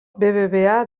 bbva